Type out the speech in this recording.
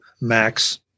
Max